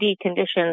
conditions